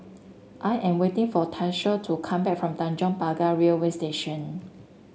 I am waiting for Tyshawn to come back from Tanjong Pagar Railway Station